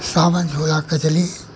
सावन झूला कजरी